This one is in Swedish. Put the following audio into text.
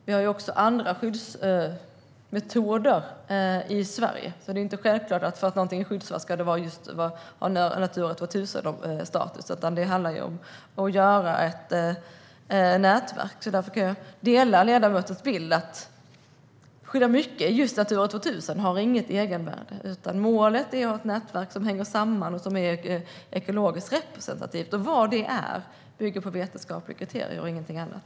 Vi har även andra skyddsmetoder i Sverige. Det är inte självklart att bara för att något är skyddsvärt ska det ha Natura 2000-status. Det handlar om att göra ett nätverk. Jag kan därför dela ledamotens bild av att det inte finns något egenvärde i att skydda mycket för Natura 2000. Målet är att ha ett nätverk som hänger samman och som är ekologiskt representativt. Vad detta är bygger på vetenskapliga kriterier och inget annat.